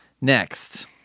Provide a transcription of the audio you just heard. Next